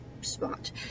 spot